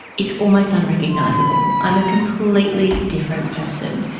it's almost unrecognisable. i'm a completely different person.